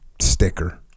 sticker